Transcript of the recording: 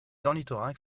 ornithorynques